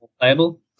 playable